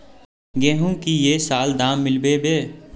गेंहू की ये साल दाम मिलबे बे?